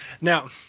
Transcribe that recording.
now